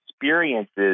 experiences